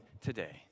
today